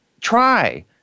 Try